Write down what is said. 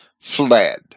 fled